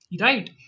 Right